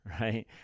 right